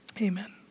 Amen